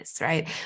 right